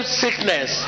sickness